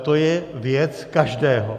To je věc každého.